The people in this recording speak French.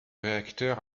réacteur